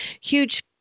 huge